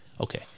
Okay